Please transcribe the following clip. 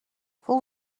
full